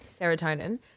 serotonin